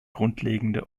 grundlegende